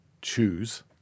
choose